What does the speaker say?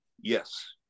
Yes